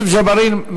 יוסף ג'בארין,